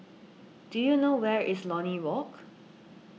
do you know where is Lornie Walk